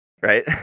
Right